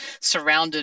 surrounded